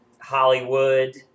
hollywood